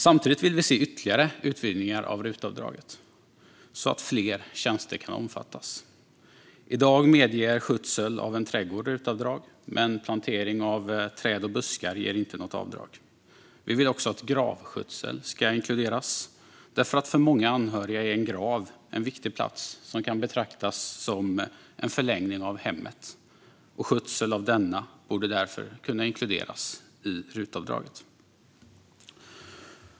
Samtidigt vill vi se ytterligare utvidgningar av RUT-avdraget så att fler tjänster kan omfattas. I dag medger skötsel av en trädgård RUT-avdrag, men plantering av träd och buskar ger inte något avdrag. Vi vill också att gravskötsel ska inkluderas. För många anhöriga är en grav en viktig plats som kan betraktas som en förlängning av hemmet, och skötsel av denna borde därför kunna inkluderas i RUT-avdraget.